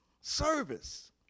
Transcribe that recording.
Service